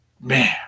Man